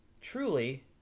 truly